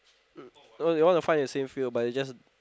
they want to find the same field but is just